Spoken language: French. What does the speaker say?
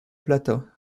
plata